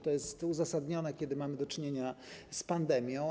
To jest uzasadnione, kiedy mamy do czynienia z pandemią.